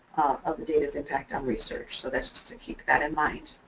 of the data's impact on research. so that's just to keep that in mind.